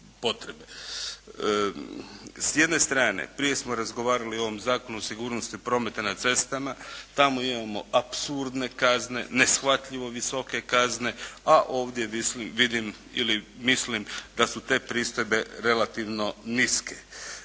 S jedne strane, prije smo razgovarali o ovom Zakonu sigurnosti prometa na cestama. Tamo imamo apsurdne kazne, neshvatljivo visoke kazne, a ovdje vidim ili mislim da su te pristojbe relativno niske.